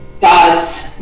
God's